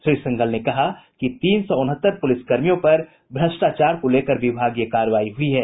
श्री सिंघल ने कहा कि तीन सौ उनहत्तर पुलिसकर्मियों पर भ्रष्टाचार को लेकर विभागीय कार्रवाई हुई है